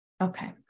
Okay